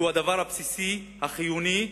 שהם הדבר הבסיסי, החיוני,